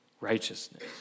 righteousness